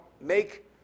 make